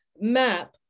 map